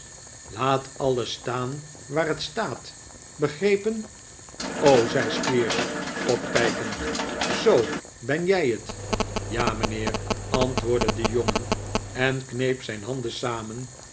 laat alles staan waar het staat begrepen zei squeers opkijkend zoo ben jij het ja mijnheer antwoordde de jongen en kneep zijn handen samen